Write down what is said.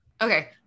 Okay